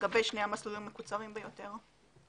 לגבי שני המסלולים המקוצרים ביותר.